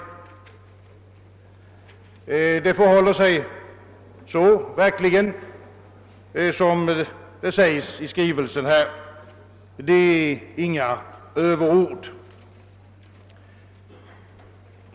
Det förhåller sig så som sägs i skrivelsen; det är inga överord.